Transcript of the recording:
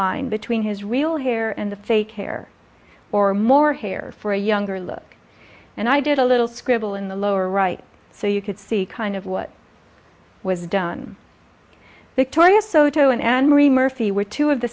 line between his real hair and the fake hair or more hair for a younger look and i did a little scribble in the lower right so you could see kind of what was done victoria soto and and mary murphy were two of the